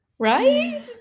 Right